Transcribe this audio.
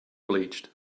bleached